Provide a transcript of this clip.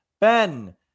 Ben